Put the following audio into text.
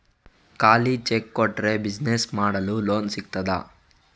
ಖಾಲಿ ಚೆಕ್ ಕೊಟ್ರೆ ಬಿಸಿನೆಸ್ ಮಾಡಲು ಲೋನ್ ಸಿಗ್ತದಾ?